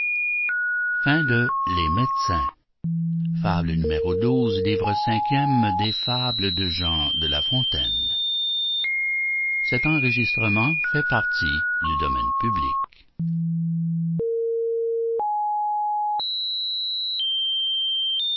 of fables de la fontaine by jean de la fontaine